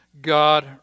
God